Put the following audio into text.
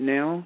Now